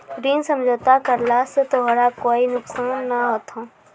ऋण समझौता करला स तोराह कोय नुकसान नाय होथा